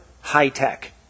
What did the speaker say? high-tech